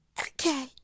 Okay